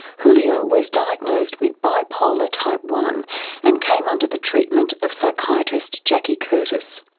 julio was diagnosed with bipolar type one and came under the treatment of psychiatrist jackie curtis.